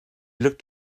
looked